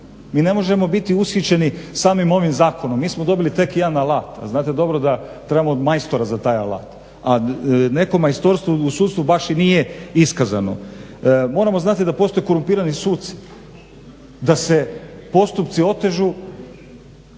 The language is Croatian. Mi ne možemo biti ushićeni samim ovim zakonom, mi smo dobili tek jedan alat, a znate dobro da trebamo majstora za taj alat, a neko majstorstvo u sudstvu baš i nije iskazano. Moramo znati da postoje korumpirani suci, da se postupci otežu